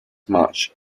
march